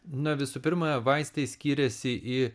na visų pirma vaistai skiriasi į